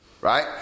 Right